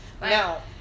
now